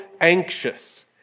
anxious